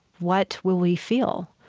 what will we feel?